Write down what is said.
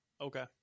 Okay